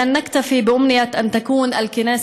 לבנות ובני עמי ברצוני לומר: לא נסתפק במשאלה שתהיה שנה טובה,